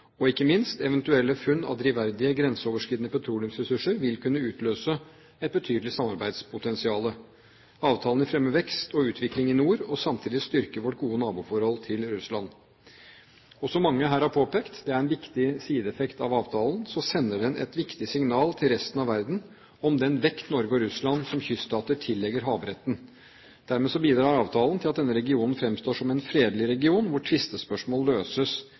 og ikke minst, eventuelle funn av drivverdige grenseoverskridende petroleumsressurser vil kunne utløse et betydelig samarbeidspotensial. Avtalen vil fremme vekst og utvikling i nord og samtidig styrke vårt gode naboforhold til Russland. Og som mange her har påpekt – det er en viktig sideeffekt – så sender avtalen et viktig signal til resten av verden om den vekt Norge og Russland som kyststater tillegger havretten. Dermed bidrar avtalen til at denne regionen fremstår som en fredelig region, hvor tvistespørsmål løses